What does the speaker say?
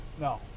no